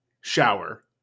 shower